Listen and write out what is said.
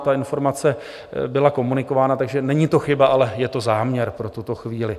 Ta informace byla komunikována, takže není to chyba, ale je to záměr pro tuto chvíli.